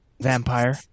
Vampire